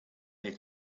had